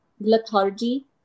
lethargy